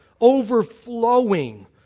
overflowing